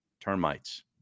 termites